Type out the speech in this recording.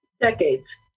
Decades